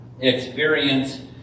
Experience